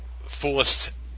fullest